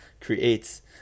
creates